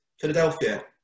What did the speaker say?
Philadelphia